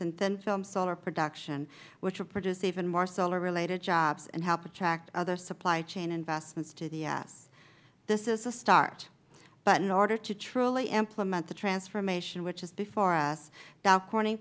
in thin film solar production which will produce even more solar related jobs and help attract other supply chain investments to the u s this is a start but in order to truly implement the transformation which is before us dow corn